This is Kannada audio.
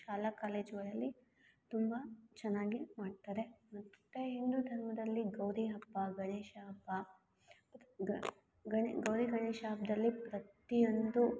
ಶಾಲಾ ಕಾಲೇಜುಗಳಲ್ಲಿ ತುಂಬ ಚೆನ್ನಾಗಿ ಮಾಡ್ತಾರೆ ಮತ್ತು ಹಿಂದೂ ಧರ್ಮದಲ್ಲಿ ಗೌರಿ ಹಬ್ಬ ಗಣೇಶ ಹಬ್ಬ ಗ ಗಣೆ ಗೌರಿ ಗಣೇಶ ಹಬ್ಬದಲ್ಲಿ ಪ್ರತಿಯೊಂದು